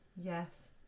Yes